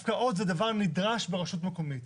הפקעות זה דבר נדרש ברשות מקומית.